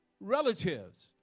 relatives